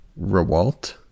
Rewalt